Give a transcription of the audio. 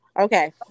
Okay